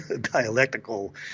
dialectical